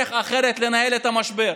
דרך אחרת לנהל את המשבר.